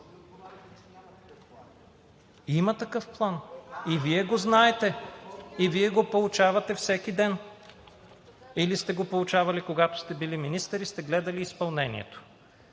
Има такъв план и Вие го знаете, и Вие го получавате всеки ден, или сте го получавали, когато сте били министър, и сте гледали изпълнението.